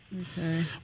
Okay